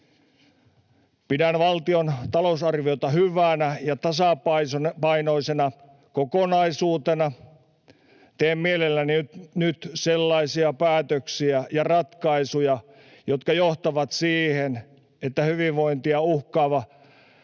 Pidän valtion talousarviota hyvänä ja tasapainoisena kokonaisuutena. Teen mielelläni nyt sellaisia päätöksiä ja ratkaisuja, jotka johtavat siihen, että hyvinvointia uhkaava